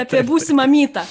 apie būsimą mytą